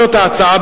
זאת ההצעה,